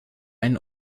einen